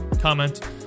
comment